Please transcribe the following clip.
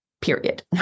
period